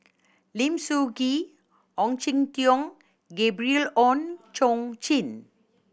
Lim Soo Ngee Ong Jin Teong and Gabriel Oon Chong Jin